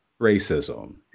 racism